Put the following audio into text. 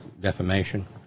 Defamation